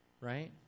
right